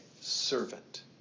servant